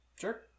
Sure